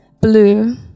blue